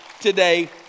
today